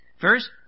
First